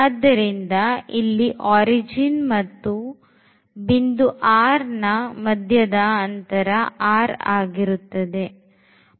ಆದ್ದರಿಂದ ಇಲ್ಲಿ origin ಮತ್ತು ಬಿಂದು r ನಾ ಮಧ್ಯದ ಅಂತರ r ಆಗಿರುತ್ತದೆ